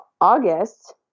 August